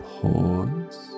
pause